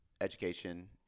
education